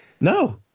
No